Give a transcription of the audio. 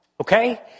Okay